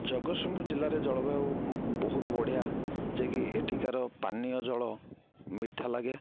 ଜଗତସିଂପୁର ଜିଲ୍ଲାରେ ଜଳବାୟୁ ବହୁତ ବଢ଼ିଆ ଯେକି ଏଠିକାର ପାନୀୟ ଜଳ ମିଠା ଲାଗେ